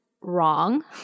Wrong